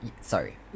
Sorry